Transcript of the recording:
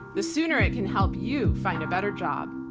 the sooner it can help you find a better job.